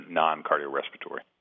non-cardiorespiratory